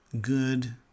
good